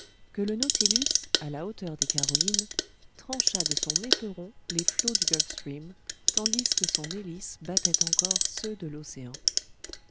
que le nautilus à la hauteur des carolines trancha de son éperon les flots du gulf stream tandis que son hélice battait encore ceux de l'océan